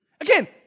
Again